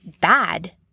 bad